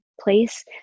place